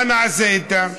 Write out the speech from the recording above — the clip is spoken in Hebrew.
מה נעשה איתם?